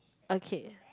okay